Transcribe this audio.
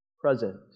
Present